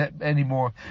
anymore